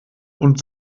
und